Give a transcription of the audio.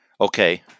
Okay